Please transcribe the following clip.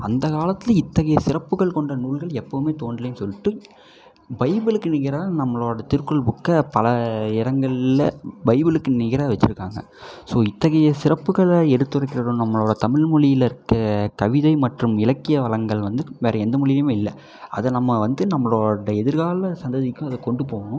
அந்த காலத்தில் இத்தகைய சிறப்புகள் கொண்ட நூல்கள் எப்போவுமே தோன்றுல்லனு சொல்லிட்டு பைபுளுக்கு நிகராக நம்மளோட திருக்குறள் புக்கை பல இடங்கள்ல பைபுளுக்கு நிகராக வச்சுருக்காங்க ஸோ இத்தகைய சிறப்புகளை எடுத்துரைக்கிற நம்மளோட தமிழ்மொழியில் இருக்க கவிதை மற்றும் இலக்கிய வளங்கள் வந்து வேறு எந்த மொழியிலையுமே இல்லை அதை நம்ம வந்து நம்மளோட எதிர்கால சந்ததிக்கும் அதை கொண்டு போகணும்